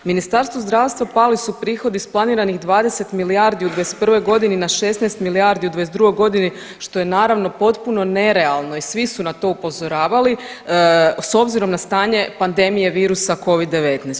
Ministarstvu zdravstva pali su prihodi s planiranih 20 milijardi u '21. godini na 16 milijardi u '22. godini što je naravno potpuno nerealno i svi su na to upozoravali s obzirom na stanje pandemije virusa Covid-19.